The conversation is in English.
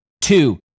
two